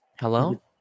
Hello